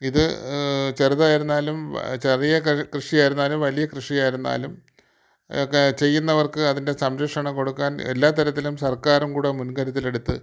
ഇത് ചെറുതായിരുന്നാലും ചെറിയ കൃഷി ആയിരുന്നാലും വലിയ കൃഷി ആയിരുന്നാലും ഒക്കെ ചെയ്യുന്നവർക്ക് അതിൻ്റെ സംരക്ഷണം കൊടുക്കാൻ എല്ലാ തരത്തിലും സർക്കാരും കൂടെ മുൻകരുതലെടുത്ത്